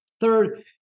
Third